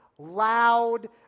Loud